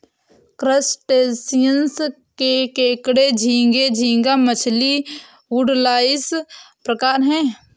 crustaceans में केकड़े झींगे, झींगा मछली, वुडलाइस प्रकार है